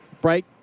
break